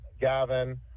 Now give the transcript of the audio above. Gavin